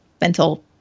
mental